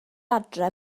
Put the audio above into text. adre